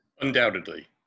Undoubtedly